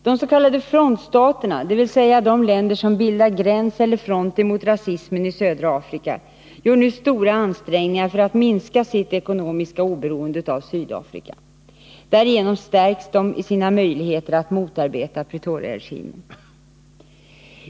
De s.k. frontstaterna, dvs. de länder som bildar gräns eller front mot rasismen i södra Afrika, gör nu stora ansträngningar för att minska sitt ekonomiska beroende av Sydafrika. Därigenom stärks de i sina möjligheter att motarbeta Pretoriaregimen.